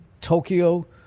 Tokyo